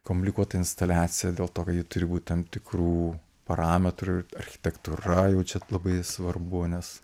komplikuota instaliacija dėl to kad ji turi būt tam tikrų parametrų architektūra jau čia labai svarbu nes